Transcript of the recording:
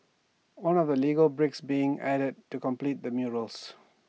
one of the legal bricks being added to complete the murals